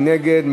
מי נגד?